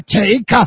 take